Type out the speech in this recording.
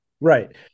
Right